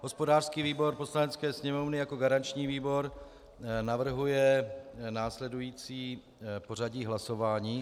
Hospodářský výbor Poslanecké sněmovny jako garanční výbor navrhuje následující pořadí hlasování.